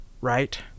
right